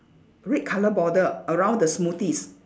red colour border around the smoothies